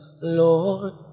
Lord